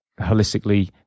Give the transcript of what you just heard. holistically